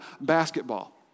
basketball